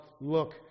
look